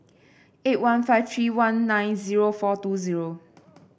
eight one five three one nine zero four two zero